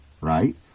right